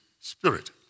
spirit